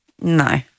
No